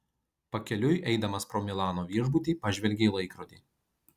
pakeliui eidamas pro milano viešbutį pažvelgė į laikrodį